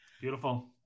Beautiful